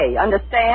understand